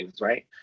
Right